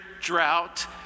drought